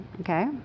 okay